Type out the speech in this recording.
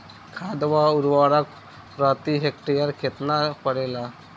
खाद व उर्वरक प्रति हेक्टेयर केतना परेला?